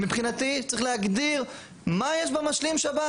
מבחינתי צריך להגדיר מה יש במשלים שב"ן